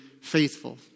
faithful